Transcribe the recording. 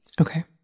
Okay